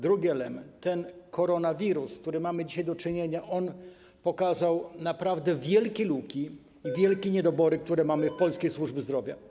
Drugi element, koronawirus, z którym mamy dzisiaj do czynienia, pokazał naprawdę wielkie luki i wielkie niedobory, które mamy w polskiej służbie zdrowia.